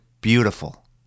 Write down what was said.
beautiful